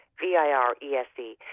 V-I-R-E-S-E